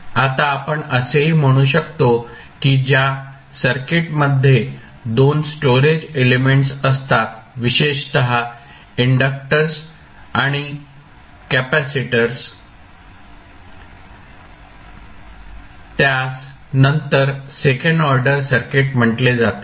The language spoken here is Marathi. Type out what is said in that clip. आता आपण असेही म्हणू शकतो की ज्या सर्किटमध्ये 2 स्टोरेज एलिमेंट्स असतात विशेषत इंडक्टर्स आणि कॅपेसिटर्स त्यास नंतर सेकंड ऑर्डर सर्किट म्हटले जाते